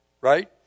Right